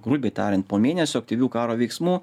grubiai tariant po mėnesio aktyvių karo veiksmų